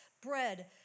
bread